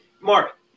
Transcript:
Mark